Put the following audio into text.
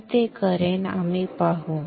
मी करेन ते आम्ही पाहू